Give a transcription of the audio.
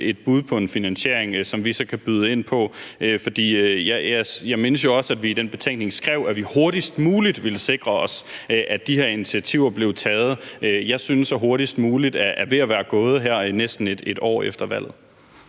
et bud på en finansiering, som vi så kan byde ind på? Jeg mindes jo også, at vi i den betænkning skrev, at vi hurtigst muligt ville sikre os, at de her initiativer blev taget, men jeg synes, at »hurtigst muligt« er ved at være gået her næsten et år efter valget.